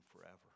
forever